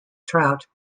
trout